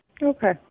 Okay